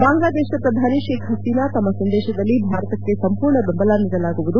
ಬಾಂಗ್ಲಾದೇಶದ ಪ್ರಧಾನಿ ಶೇಕ್ ಹಸೀನಾ ತಮ್ನ ಸಂದೇಶದಲ್ಲಿ ಭಾರತಕ್ಕೆ ಸಂಪೂರ್ಣ ಬೆಂಬಲ ನೀಡಲಾಗುವುದು